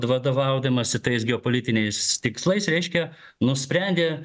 vadovaudamasi tais geopolitiniais tikslais reiškia nusprendė